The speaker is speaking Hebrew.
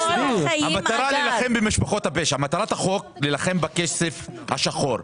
החיים- -- מטרת החוק להילחם בכסף השחור,